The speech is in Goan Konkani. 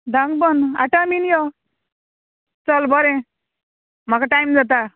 धांक बंद आठां बीन यो चल बरें म्हाका टायम जाता